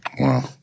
wow